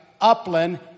Upland